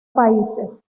países